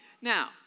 Now